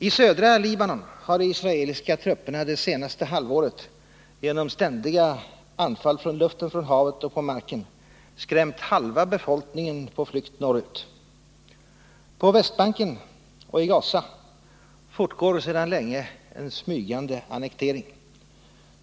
I södra Libanon har de israeliska trupperna det senaste halvåret, genom ständiga anfall från luften, från havet och på marken, skrämt halva befolkningen på flykt norrut. På Västbanken och i Gaza fortgår sedan länge en smygande annektering.